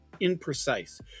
imprecise